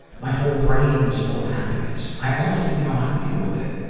my whole brain was full of happiness. i almost didn't know how to deal with it.